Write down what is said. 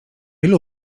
ilu